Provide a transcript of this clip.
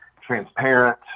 transparent